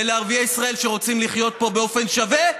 ולערביי ישראל שרוצים לחיות פה באופן שווה,